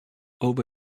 over